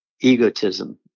egotism